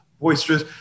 boisterous